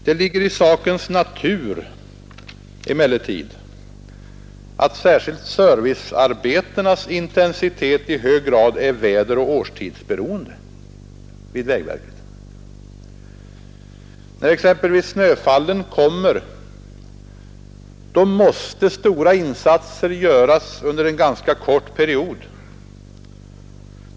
Det ligger emellertid i sakens natur att särskilt servicearbetenas intensitet vid vägverket i hög grad är väderoch årstidsberoende. När exempelvis snöfallen kommer måste stora insatser göras under en ganska kort period.